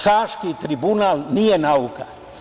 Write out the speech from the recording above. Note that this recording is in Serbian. Haški tribunal nije nauka.